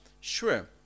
Sure